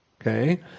Okay